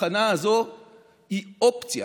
התחנה הזאת היא אופציה.